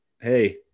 hey